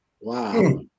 Wow